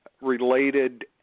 related